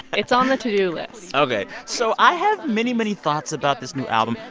it's on the to-do list ok. so i have many, many thoughts about this new album.